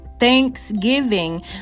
Thanksgiving